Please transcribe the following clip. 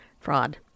fraud